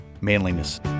manliness